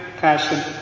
passion